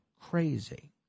crazy